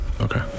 Okay